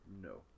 No